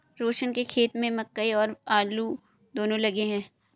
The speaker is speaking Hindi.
रोशन के खेत में मकई और आलू दोनो लगे हैं